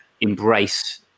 embrace